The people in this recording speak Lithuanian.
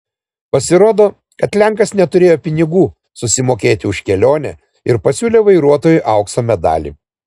pasirodo kad lenkas neturėjo pinigų susimokėti už kelionę ir pasiūlė vairuotojui aukso medalį